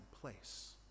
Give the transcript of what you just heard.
place